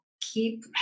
keep